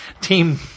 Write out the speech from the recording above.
team